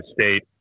state